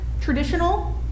traditional